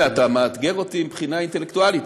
תראה, אתה מאתגר אותי מבחינה אינטלקטואלית.